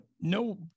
no